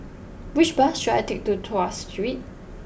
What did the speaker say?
which bus should I take to Tras Street